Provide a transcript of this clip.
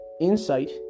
Insight